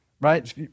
right